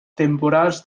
temporals